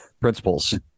principles